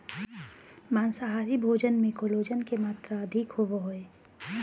माँसाहारी भोजन मे कोलेजन के मात्र अधिक होवो हय